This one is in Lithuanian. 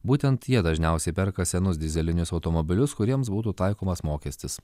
būtent jie dažniausiai perka senus dyzelinius automobilius kuriems būtų taikomas mokestis